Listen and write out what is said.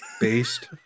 based